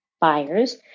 buyers